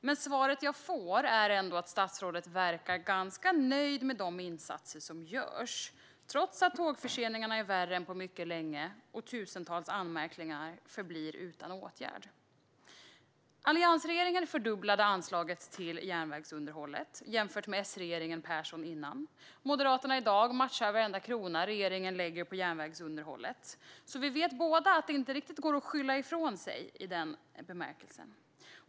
Av svaret jag får verkar statsrådet ganska nöjd med de insatser som görs, trots att tågförseningarna är värre än på mycket länge och att tusentals anmärkningar förblir utan åtgärd. Alliansregeringen fördubblade anslaget till järnvägsunderhållet jämfört med S-regeringen Persson dessförinnan. I dag matchar Moderaterna varenda krona som regeringen lägger på järnvägsunderhållet. Vi vet båda att det inte riktigt går att skylla ifrån sig här.